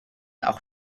auch